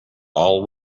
all